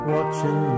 Watching